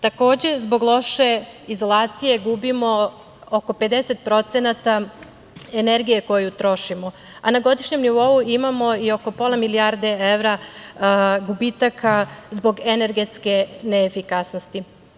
Takođe, zbog loše izolacije gubimo oko 50% energije koju trošimo, a na godišnjem nivou imamo oko pola milijardi evra gubitaka zbog energetske neefikasnosti.